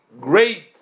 great